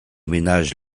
ménages